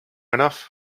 enough